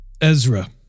Ezra